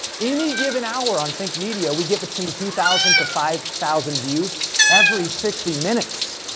any given hour on think media, we get between two thousand to five thousand views every sixty minutes!